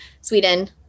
Sweden